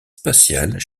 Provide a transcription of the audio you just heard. spatiales